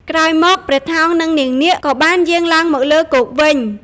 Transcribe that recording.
ក្រោយមក ព្រះថោង និងនាងនាគ ក៏បានយាងឡើងមកលើគោកវិញ។